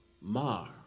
mar